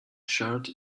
shirt